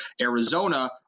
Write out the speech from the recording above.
Arizona